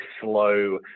slow